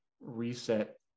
reset